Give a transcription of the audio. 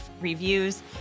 reviews